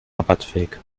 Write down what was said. rabattfähig